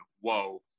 whoa